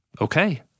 okay